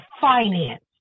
finance